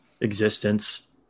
existence